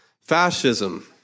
Fascism